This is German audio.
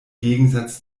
gegensatz